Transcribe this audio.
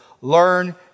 Learn